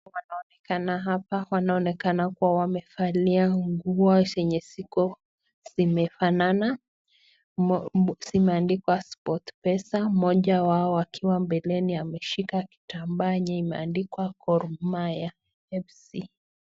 Hapa wanaonekana kua wamevalia nguo zenye ziko zimefanana zimeandikwa Sport Pesa, moja wao akiwa mbeleni ameshika kitambaa yenye imeandikwa Gormahia FC.